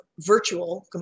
virtual